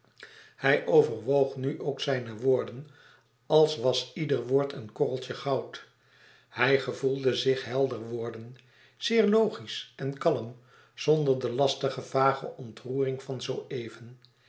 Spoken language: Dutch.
hij overwoog nu ook zijne woorden als was ieder woord een korreltje goud hij gevoelde zich zeer helder worden zeer logisch en kalm zonder de angstige vage ontroering van zoo-even en